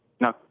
No